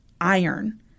iron